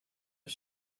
his